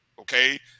okay